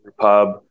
Pub